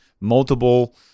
multiple